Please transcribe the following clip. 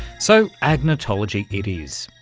so agnotology it is.